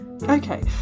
okay